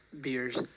beers